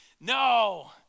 No